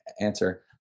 answer